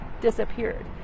disappeared